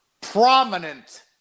prominent